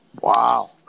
Wow